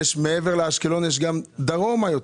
מעבר לאשקלון יש דרומה יותר.